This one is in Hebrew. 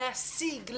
להשיג,